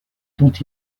dont